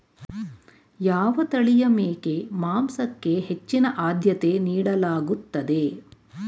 ಯಾವ ತಳಿಯ ಮೇಕೆ ಮಾಂಸಕ್ಕೆ ಹೆಚ್ಚಿನ ಆದ್ಯತೆ ನೀಡಲಾಗುತ್ತದೆ?